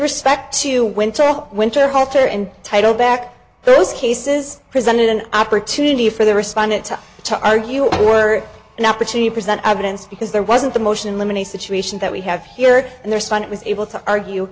respect to winter winter halter and title back those cases presented an opportunity for the respondent to to argue or an opportunity present evidence because there wasn't a motion in limine a situation that we have here and there spun it was able to argue